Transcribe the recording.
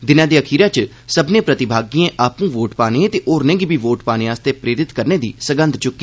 दिनै दे अखीरै च सब्मने प्रतिभागिएं आपूं वोट पाने ते होरनें गी बी वोट पाने लेई प्रेरित करने दी सगंध चुक्की